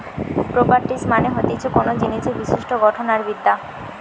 properties মানে হতিছে কোনো জিনিসের বিশিষ্ট গঠন আর বিদ্যা